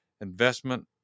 investment